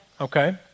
okay